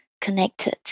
connected